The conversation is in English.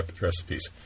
recipes